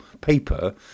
paper